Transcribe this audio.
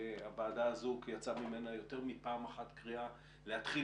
שיצאה מהוועדה הזאת יותר מפעם אחת קריאה להתחיל